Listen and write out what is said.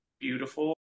beautiful